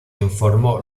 informó